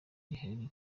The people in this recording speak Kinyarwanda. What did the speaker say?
rihari